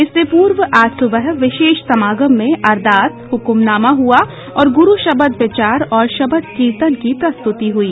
इससे पूर्व आज सुबह विशेष समागम में अरदास हुकुमनामा हुआ और गुरू शब्द विचार और शबद कीर्तन की प्रस्तुति हुई